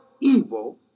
evil